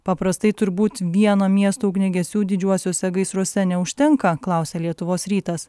paprastai turbūt vieno miesto ugniagesių didžiuosiuose gaisruose neužtenka klausia lietuvos rytas